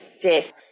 death